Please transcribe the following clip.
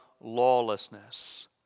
lawlessness